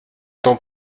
temps